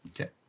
Okay